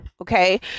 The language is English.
Okay